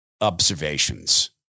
observations